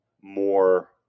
more